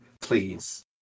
Please